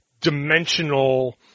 dimensional